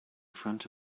front